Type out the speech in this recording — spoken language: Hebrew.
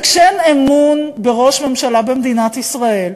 וכשאין אמון בראש ממשלה במדינת ישראל,